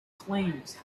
claims